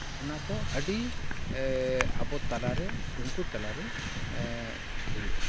ᱚᱱᱟ ᱠᱚ ᱟᱹᱰᱤ ᱟᱵᱚ ᱛᱟᱞᱟᱨᱮ ᱩᱱᱠᱩ ᱛᱟᱞᱟᱨᱮ ᱦᱩᱭᱩᱜᱼᱟ